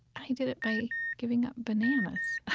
i did it by giving up bananas,